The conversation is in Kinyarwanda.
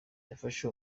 ryafashe